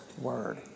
word